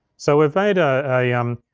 so we've made ah a, um